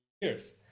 years